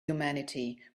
humanity